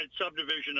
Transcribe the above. subdivision